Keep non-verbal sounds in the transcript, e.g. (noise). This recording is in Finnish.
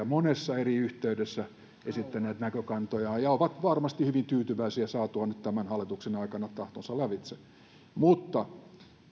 (unintelligible) monessa eri yhteydessä esittäneet näkökantojaan ja ovat varmasti hyvin tyytyväisiä saatuaan nyt tämän hallituksen aikana tahtonsa lävitse mutta